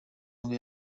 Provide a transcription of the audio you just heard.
nibwo